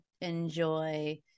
enjoy